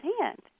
hand